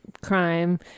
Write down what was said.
crime